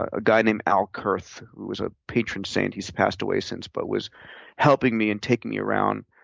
a guy named al kerth, who was a patron saint. he's passed away since but was helping me and taking me around.